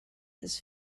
his